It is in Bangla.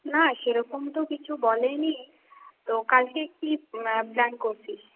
না সেরকম তো কিছু বলেনি তো কালকে কী প্ল্যান করছিস